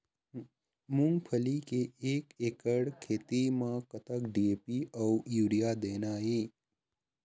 मूंगफली के एक एकड़ खेती म कतक डी.ए.पी अउ यूरिया देना ये?